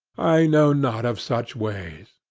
i know not of such ways.